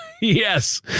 yes